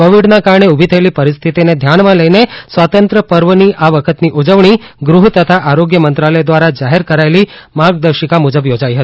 કોવિડના કારણે ઉભી થયેલી પરિસ્થિતિને ધ્યાનમાં લઇને સ્વાતંત્યપર્વની આ વખતની ઉજવણી ગૃહ તથા આરોગ્ય મંત્રાલયો ધ્વારા જાહેર કરાયેલી માર્ગદર્શિકા મુજબ યોજાઇ હતી